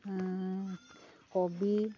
কবি